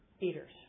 eaters